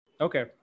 Okay